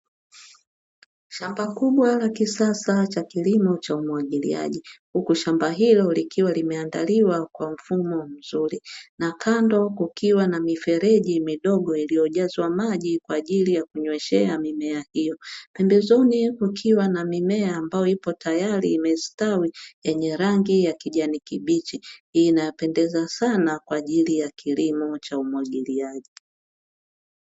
Shamba kubwa la kisasa cha kilimo cha umwagiliaji, huku shamba hilo likiwa limeandaliwa kwa mfumo mzuri na kando kukiwa na mifereji midogo iliyojazwa maji kwa ajili ya kunyweshea mimea hiyo, pembezoni kukiwa na mimea ambayo ipo tayari imestawi yenye rangi ya kijani kibichi, inapendeza sana kwa ajili ya kilimo cha umwagiliaji.